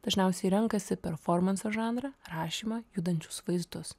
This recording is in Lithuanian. dažniausiai renkasi performanso žanrą rašymą judančius vaizdus